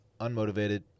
unmotivated